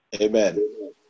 Amen